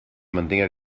mantingui